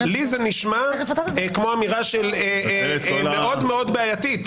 לי זה נשמע כמו אמירה מאוד מאוד בעייתית,